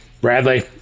Bradley